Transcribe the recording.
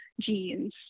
genes